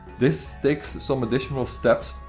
this takes some additional steps,